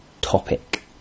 topic